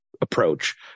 approach